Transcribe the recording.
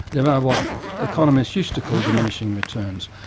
there are what economists used to call diminishing returns,